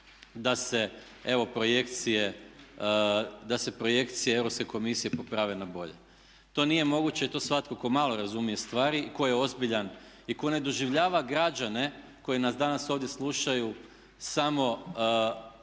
da se evo projekcije Europske komisije poprave na bolje. To nije moguće i to svatko ko malo razumije stvari i tko je ozbiljan i ko ne doživljava građane koji nas ovdje danas slušaju samo